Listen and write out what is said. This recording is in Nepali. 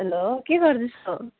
हेलो के गर्दैछौ